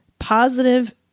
positive